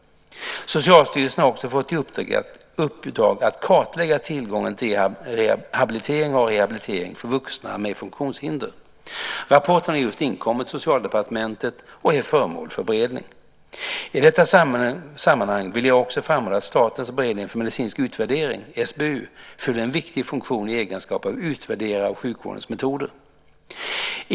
Socialstyrelsen har också fått i uppdrag att kartlägga tillgången till habilitering och rehabilitering för vuxna med funktionshinder. Rapporten har just inkommit till Socialdepartementet och är föremål för beredning. I detta sammanhang vill jag också framhålla att Statens beredning för medicinsk utvärdering, SBU, fyller en viktig funktion i egenskap av utvärderare av sjukvårdens metoder.